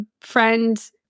friend